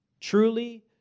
truly